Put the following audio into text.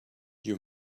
you